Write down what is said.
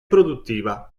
produttiva